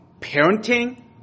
parenting